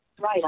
Right